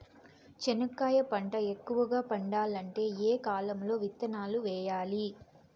చెనక్కాయ పంట ఎక్కువగా పండాలంటే ఏ కాలము లో విత్తనాలు వేయాలి?